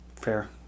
fair